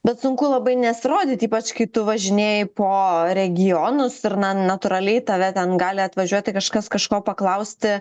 bet sunku labai nesirodyt ypač kai tu važinėji po regionus ir na natūraliai tave ten gali atvažiuoti kažkas kažko paklausti